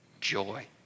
joy